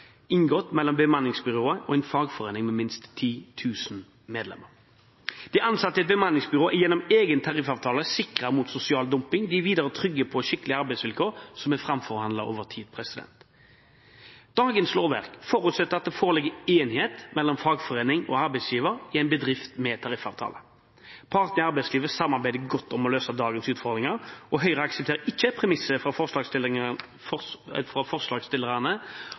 inngått mellom bemanningsbyrået og en fagforening med minst 10 000 medlemmer. De ansatte i et bemanningsbyrå er gjennom egen tariffavtale sikret mot sosial dumping. De er videre trygge på skikkelige arbeidsvilkår som er framforhandlet over tid. Dagens lovverk forutsetter at det foreligger enighet mellom fagforening og arbeidsgiver i en bedrift med tariffavtale. Partene i arbeidslivet samarbeider godt om å løse dagens utfordringer, og Høyre aksepterer ikke premisset fra